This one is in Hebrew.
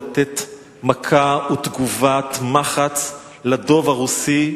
לתת מכה ותגובת מחץ לדוב הרוסי,